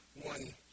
one